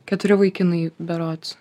keturi vaikinai berods